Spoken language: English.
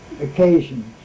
occasions